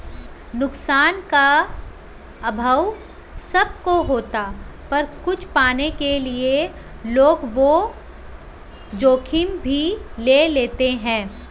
नुकसान का अभाव सब को होता पर कुछ पाने के लिए लोग वो जोखिम भी ले लेते है